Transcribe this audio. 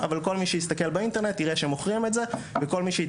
אבל כל מי שיסתכל באינטרנט יראה שמוכרים את זה,